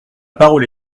parole